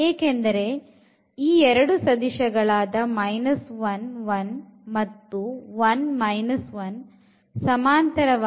ಏಕೆಂದರೆ ಈ ಎರಡು ಸದಿಶ ಗಳಾದ 1 1 ಮತ್ತು 1 1 ಸಮಾಂತರವಾಗಿ